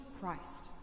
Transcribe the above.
Christ